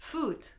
Food